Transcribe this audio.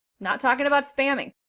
not talking about spamming.